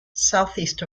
southeast